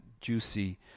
juicy